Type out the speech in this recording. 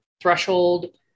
threshold